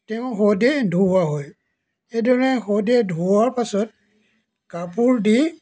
তেওঁৰ শৱদেহ ধুওৱা হয় সেইদৰে শৱদেহ ধুওৱাৰ পাছত কাপোৰ দি